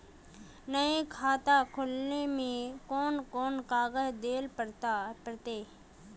नया खाता खोले में कौन कौन कागज देल पड़ते?